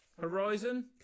Horizon